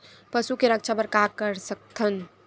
पशु के रक्षा बर का कर सकत हन?